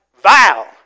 vile